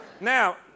Now